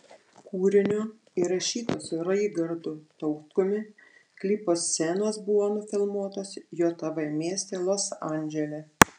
kūrinio įrašyto su raigardu tautkumi klipo scenos buvo nufilmuotos jav mieste los andžele